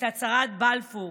הצהרת בלפור.